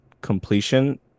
completion